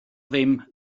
ddim